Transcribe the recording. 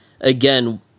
again